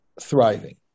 thriving